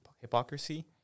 hypocrisy